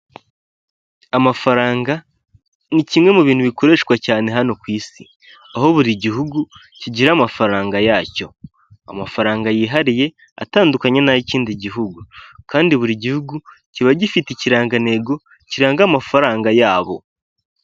Amafaranga ni kimwe mu bintu bikoreshwa cyane hano kw' isi ,aho buri gihugu kigira amafaranga yacyo, amafaranga yihariye atandukanye nay'ikindi gihugu, kandi buri gihugu kiba gifite ikiranga ntego kiranga amafaranga yabo.